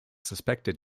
suspected